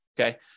Okay